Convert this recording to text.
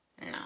No